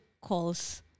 calls